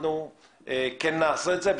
אנחנו נעשה את זה,